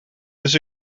dus